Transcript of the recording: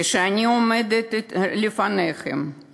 כשאני עומדת לפניכם,